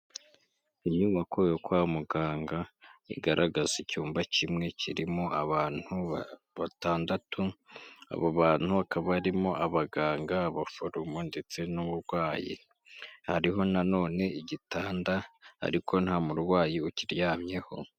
Inyubako yo kwa muganga igaragaza icyumba kimwe kirimo abantu batandatu, abo bantu hakaba harimo abaganga, abaforomo ndetse n'umurwayi. Hariho nanone igitanda ariko nta murwayi ukiryamyeho.